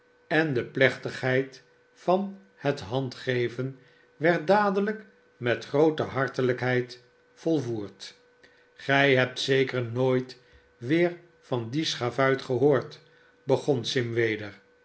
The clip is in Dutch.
en de plechtigheid van het handgeven werd dadelijk met groote hartelijkheid volvoerd a gij hebtzeker nooit weer van dien schavuitgehoord begon sim weder